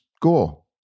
go